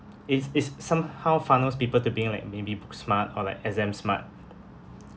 it it's somehow funnels people to being like maybe book smart or like exam smart